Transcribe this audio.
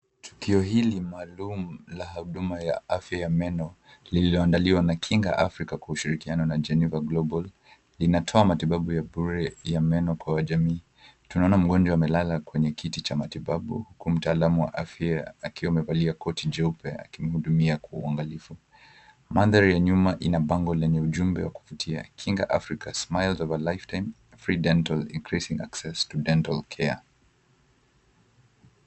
Tukio hili maalum la huduma ya afya ya meno, lilioandaliwa na Kinga Africa kushirikiana na Geneva Global, inatoa matibabu ya bure ya meno kwa wajamii. Tunaona mgonjwa amelala kwenye kiti cha matibabu huku mtaalamu wa afya akiwa amevalia koti jeupe akimhudumia kwa uangalifu. Mandhari ya nyuma ina bango lenye ujumbe wa kuvutia, "Kinga Africa, smiles of a lifetime free dental increasing access to dental care".